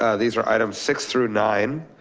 ah these are items six through nine.